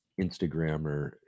Instagrammer